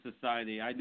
society